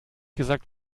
gesagt